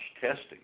testing